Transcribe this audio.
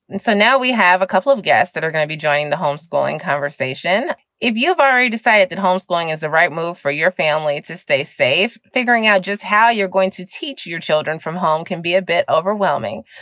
and so now we have a couple of guests that are going to be joining the homeschooling conversation. if you've already decided that homeschooling is the right move for your family to stay safe, figuring out just how you're going to teach your children from home can be a bit overwhelming.